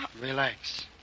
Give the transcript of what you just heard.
Relax